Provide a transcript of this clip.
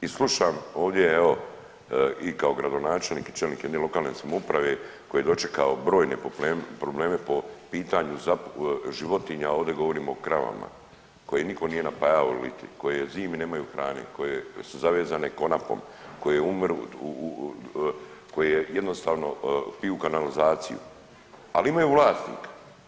I slušam ovdje evo i kao gradonačelnik i čelnik jedne lokalne samouprave koji je dočekao brojne probleme po pitanju životinja, ovdje govorim o kravama koje nitko nije napajao, koje zimi nemaju hrane, koje su zavezane konapom, koje umiru u, koje jednostavno piju kanalizaciju, ali imaju vlasnika.